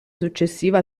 successiva